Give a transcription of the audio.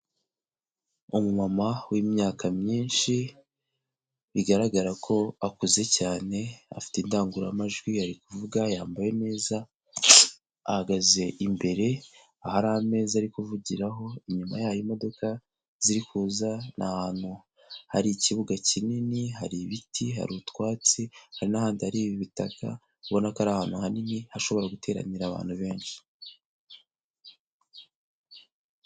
Umumama w'imyaka myinshi bigaragara ko akuze cyane afite indangururamajwi ari kuvuga yambaye neza, ahagaze imbere ahari ameza ari kuvugiraho, inyuma ye hari imodoka ziri kuza, ni ahantu hari ikibuga kinini, hari ibiti, hari utwatsi, hari n'ahandi hari ibitaka, ubona ko ari ahantu hanini hashobora guteranira abantu benshi.